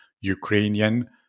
Ukrainian